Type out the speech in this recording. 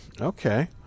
Okay